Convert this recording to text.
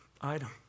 item